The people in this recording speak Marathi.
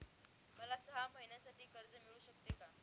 मला सहा महिन्यांसाठी कर्ज मिळू शकते का?